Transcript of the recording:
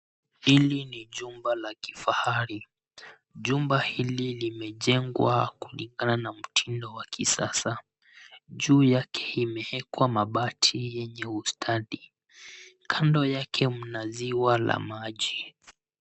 Hili ni jumba la kifahari. jumba hili limejengwa kulingana na mtindo wa kisasa. Juu yake imewekwa mabati yenye ustadi. kando yake mna ziwa la maji.